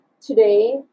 today